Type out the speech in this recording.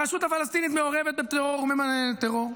הרשות הפלסטינית מעורבת בטרור ומממנת טרור,